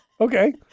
Okay